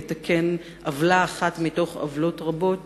יתקן עוולה אחת מעוולות רבות